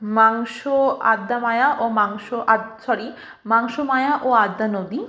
মাংস আদ্যা মায়া ও মাংস সরি মাংস মায়া ও আদ্যা নদী